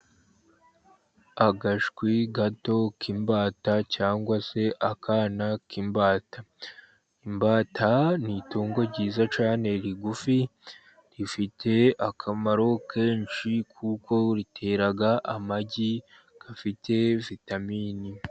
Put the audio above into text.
Agashwi gato k'imbata cyangwa se akana k'imbata, imbata ni itungo ryiza cyane rigufi rifite akamaro kenshi kuko ritera amagi afite vitamini.